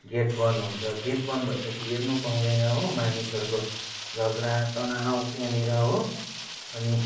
get बन हुन्छ gate बन भए पछि हेर्नु पाउँदैन हो मानिसहरूको झगडा तनाव त्यहाँनिर हो अनि